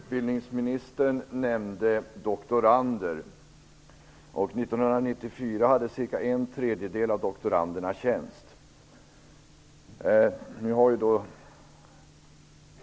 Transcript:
Fru talman! Utbildningsministern nämnde doktorander. 1994 hade cirka en tredjedel av doktoranderna tjänst.